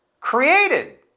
created